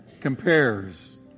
compares